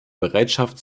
bereitschaft